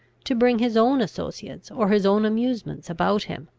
to bring his own associates or his own amusements about him.